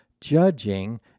judging